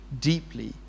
deeply